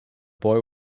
boy